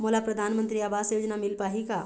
मोला परधानमंतरी आवास योजना मिल पाही का?